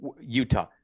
Utah